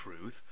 truth